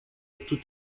tout